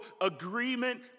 agreement